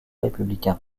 républicains